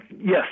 yes